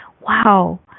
Wow